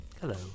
hello